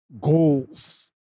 goals